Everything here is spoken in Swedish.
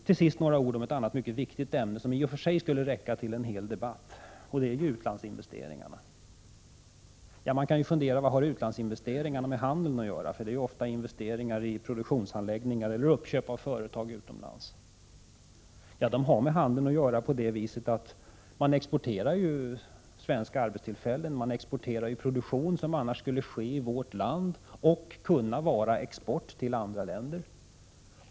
Till sist några ord om ett annat viktigt ämne, som i och för sig skulle räcka tillen hel debatt: utlandsinvesteringarna. Man kan undra vad utlandsinvesteringarna har med handeln att göra — de är ju oftast investeringar i produktionsanläggningar eller uppköp av företag utomlands. De har med handeln att göra på så sätt att man exporterar svenska arbetstillfällen. Man exporterar produktion som annars skulle ske i vårt land och kunde vara export till andra länder.